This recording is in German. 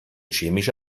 chemische